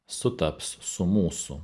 sutaps su mūsų